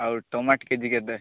ଆଉ tomato K G କେତେ